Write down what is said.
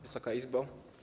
Wysoka Izbo!